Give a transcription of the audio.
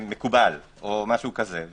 מקובל, או משהו כזה.